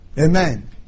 Amen